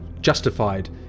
Justified